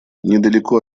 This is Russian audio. недалеко